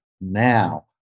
now